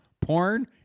porn